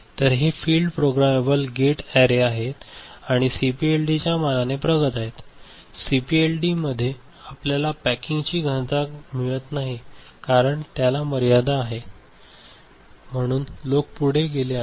तर हे field programmable gate array आहेत आणि सीपीएलडीच्या मानाने प्रगत आहे सीपीएलडी मध्ये आपल्याला पॅकिंगची जास्त घनता मिळत नाही कारण त्याला मर्यादा आल्या आहेत म्हणून लोक पुढे गेले आहेत